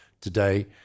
today